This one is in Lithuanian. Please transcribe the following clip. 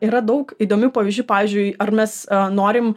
yra daug įdomių pavyzdžių pavyzdžiui ar mes norim